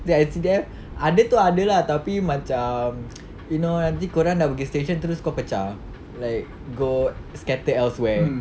S_C_D_F ada tu ada lah tapi macam you know nanti korang dah pergi station terus kau pecah like go scattered elsewhere